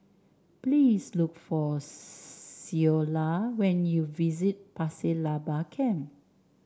please look for Ceola when you visit Pasir Laba Camp